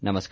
नमस्कार